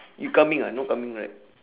you coming ah no coming right